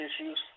issues